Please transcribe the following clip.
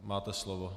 Máte slovo.